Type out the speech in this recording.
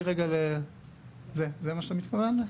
זה מה שאתה מתכוון?